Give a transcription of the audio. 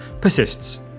persists